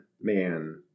man